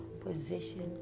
position